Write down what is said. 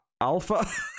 Alpha